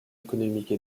économique